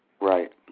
Right